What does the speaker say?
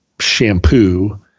shampoo